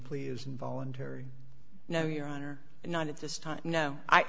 pleas involuntary no your honor not at this time no i